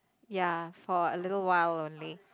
ya for a little while only